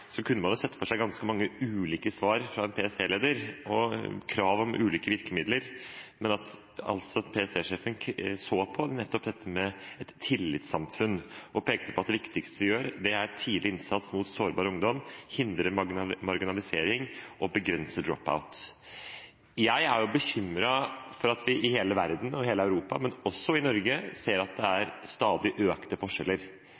kunne sett for seg ganske mange ulike svar fra en PST-leder og krav om ulike virkemidler, men den ansatte PST-sjefen så på nettopp dette med et tillitssamfunn og pekte på at det viktigste vi gjør, er å ha tidlig innsats mot sårbar ungdom, å hindre marginalisering og å begrense «drop out». Jeg er bekymret for at vi i hele verden, i hele Europa og også i Norge ser at det